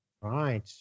Right